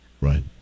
right